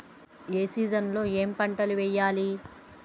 ఏ season లో ఏం పంటలు వెయ్యాలి?